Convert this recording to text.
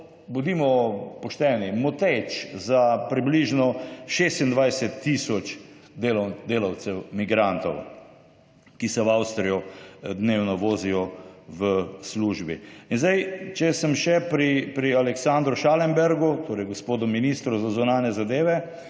bodimo pošteni, moteč za približno 26 tisoč delo delavcev migrantov, ki se v Avstrijo dnevno vozijo v službo. In zdaj, če sem še pri Aleksandru Schallenbergu, torej gospodu ministru za zunanje zadeve